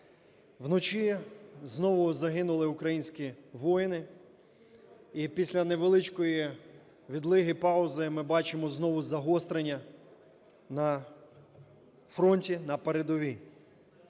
Вночі знову загинули українські воїни. І після невеличкої відлиги-паузи ми бачимо знову загострення на фронті, на передовій.